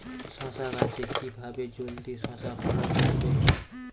শশা গাছে কিভাবে জলদি শশা ফলন আসবে?